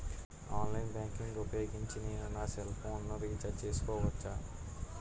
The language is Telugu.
ఆన్లైన్ బ్యాంకింగ్ ఊపోయోగించి నేను నా సెల్ ఫోను ని రీఛార్జ్ చేసుకోవచ్చా?